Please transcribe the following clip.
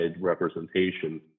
representation